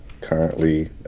currently